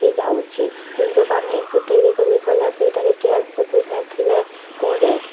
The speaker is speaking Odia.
ହେଇଯାଉଛି କିନ୍ତୁ ଦୋକାନୀ ଗୋଟେରେ ଯଦି କଲା ସେଇଟାରେ କ୍ୟାସ୍ ଯଦି ବି ନଥିଲେ ଫୋନ୍ରେ